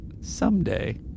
Someday